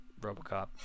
Robocop